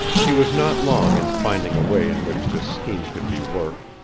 he was not long in finding a way in which this scheme could be worked,